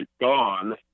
gone